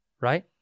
right